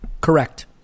Correct